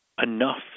enough